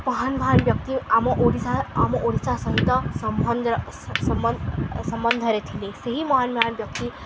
ମହାନ ମହାନ ବ୍ୟକ୍ତି ଆମ ଓଡ଼ିଶା ଆମ ଓଡ଼ିଶା ସହିତ ସମ୍ବନ୍ଧରେ ସମ୍ବନ୍ଧରେ ଥିଲେ ସେହି ମହାନ ମହାନ ବ୍ୟକ୍ତି